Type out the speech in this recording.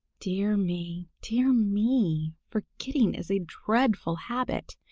dear me, dear me! forgetting is a dreadful habit.